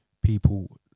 people